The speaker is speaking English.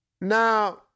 Now